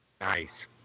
Nice